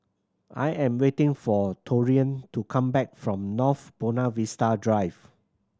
I am waiting for Taurean to come back from North Buona Vista Drive